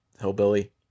hillbilly